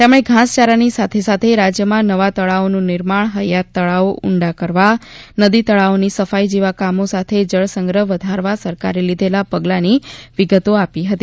તેમણે ઘાસચારાની સાથે સાથે રાજ્યમાં નવા તળાવોનું નિર્માણ હયાત તળાવો ઉંડા કરવા નદી તળાવોની સફાઇ જેવા કામો સાથે જળસંગ્રહ વધારવા સરકારે લીધેલાં પગલાંની વિગતો આપી હતી